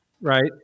right